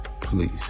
Please